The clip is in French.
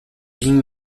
bing